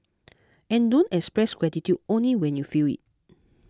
and don't express gratitude only when you feel it